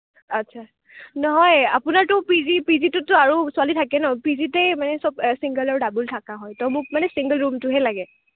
আচ্ছা নহয় আপোনাৰতো পিজি পিজিটোততো আৰু ছোৱালী থাকে ন পিজিতেই মানে সব চিংগল আৰু ডাবুল থকা হয় ত' মোক মানে চিংগল ৰুমটোহে লাগে